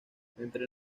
entre